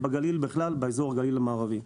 בגליל בכלל ובאזור גליל מערבי.